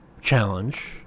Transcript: challenge